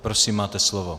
Prosím, máte slovo.